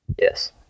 Yes